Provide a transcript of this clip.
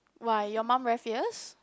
why your mum very fierce